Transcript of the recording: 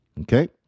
Okay